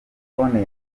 terefone